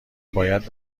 باید